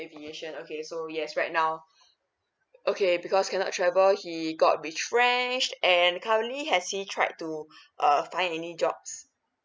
aviation okay so yes right now okay because cannot travel he got retrenched and currently has he tried to err find any jobs